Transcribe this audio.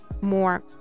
more